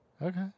Okay